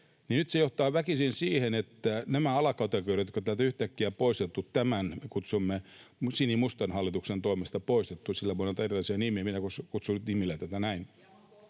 ja se johtaa väkisin siihen, että nämä alakategoriat, jotka täältä yhtäkkiä on poistettu tämän, niin kuin kutsumme, sinimustan hallituksen toimesta — sille voidaan antaa erilaisia nimiä, ja minä kutsun nyt tätä näin...